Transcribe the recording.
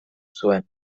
zuen